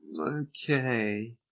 okay